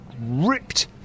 ripped